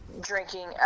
Drinking